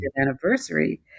anniversary